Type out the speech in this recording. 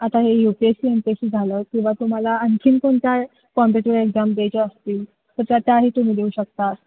आता हे U P S C M P S C झालं किंवा तुम्हाला आणखी कोणत्या कॉम्पीटीव एक्झाम द्यायच्या असतील तर त्याही तुम्ही देऊ शकता